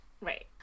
Right